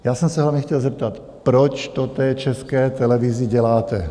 Já jsem se hlavně chtěl zeptat, proč to té České televizi děláte.